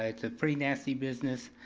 it's a pretty nasty business.